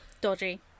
Dodgy